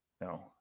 No